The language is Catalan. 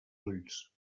ulls